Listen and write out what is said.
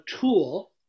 tool